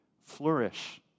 flourish